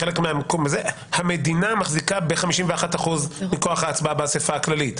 בחלק מהמקומות המדינה מחזיקה ב-51% מכוח ההצבעה באספה הכללית.